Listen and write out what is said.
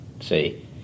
See